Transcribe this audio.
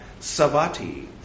Savati